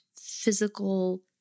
physical